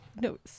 No